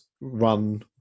run